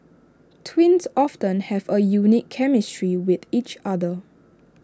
twins often have A unique chemistry with each other